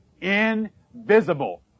invisible